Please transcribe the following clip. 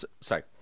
Sorry